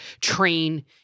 train